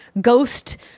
ghost